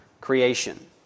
creation